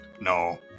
No